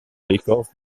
l’écorce